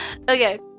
Okay